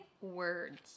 words